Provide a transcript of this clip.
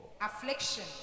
Affliction